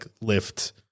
lift